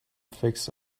fixed